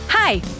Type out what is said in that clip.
Hi